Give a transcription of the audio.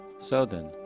so then,